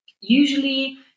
Usually